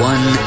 One